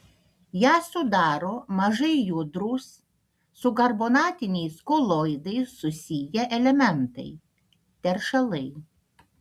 ją sudaro mažai judrūs su karbonatiniais koloidais susiję elementai teršalai